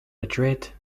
madrid